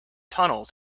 tunnel